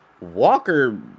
Walker